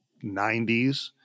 90s